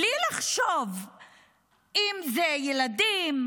בלי לחשוב אם זה ילדים,